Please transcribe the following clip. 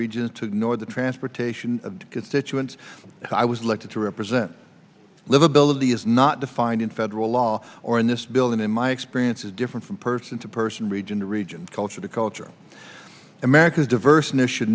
regions to ignore the transportation of constituents i was elected to represent livability is not defined in federal law or in this building in my experience is different from person to person region to region culture to culture americas diverse